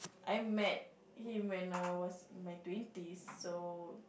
I met him when I was in my twenties so